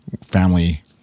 family